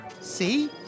See